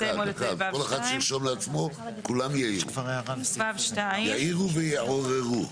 כל אחד שירשום לעצמו, כולם יעירו, יעירו ויעוררו.